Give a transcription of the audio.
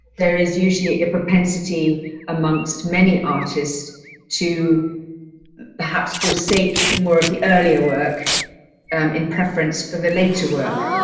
there is usually a propensity amongst many artists to perhaps for sake more of the earlier work in preference for the later work.